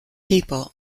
people